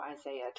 Isaiah